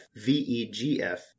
VEGF